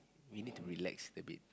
you need to relax a bit